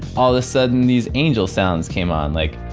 all of a sudden these angel sounds came on. like,